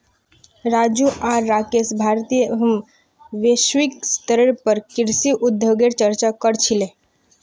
राजू आर राकेश भारतीय एवं वैश्विक स्तरेर पर कृषि उद्योगगेर चर्चा क र छीले